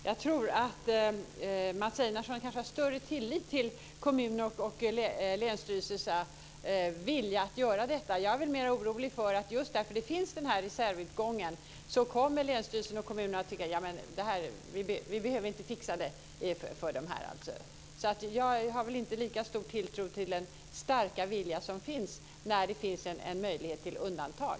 Fru talman! Jag tror att Mats Einarsson kanske har större tillit till kommunernas och länsstyrelsernas vilja att göra detta. Jag är mer orolig, just därför att den här reservutgången finns, att länsstyrelserna och kommunerna kommer att tycka att de inte behöver fixa vallokalerna för de funktionshindrade. Jag har inte lika stor tilltro till den starka viljan när det finns en möjlighet till undantag.